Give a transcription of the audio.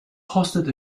hosted